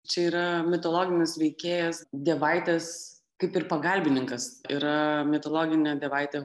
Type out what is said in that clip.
čia yra mitologinis veikėjas dievaitis kaip ir pagalbininkas yra mitologinė dievaitė